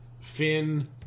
Finn